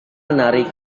menarik